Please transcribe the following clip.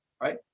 right